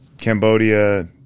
Cambodia